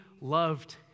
loved